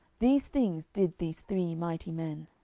these things did these three mighty men.